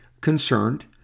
concerned